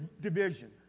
division